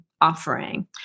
offering